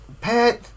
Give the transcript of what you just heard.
Pat